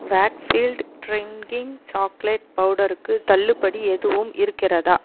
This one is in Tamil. வேக்ஃபீல்ட் ட்ரின்கிங் சாக்லேட் பவுடருக்கு தள்ளுபடி எதுவும் இருக்கிறதா